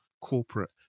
corporate